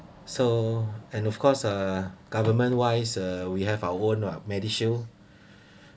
so and of course uh government wise uh we have our own uh medishield